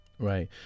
Right